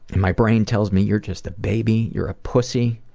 my brain tells me you're just a baby, you're a pussy,